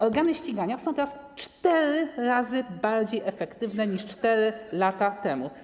Organy ścigania są teraz cztery razy bardziej efektywne niż 4 lata temu.